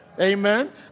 Amen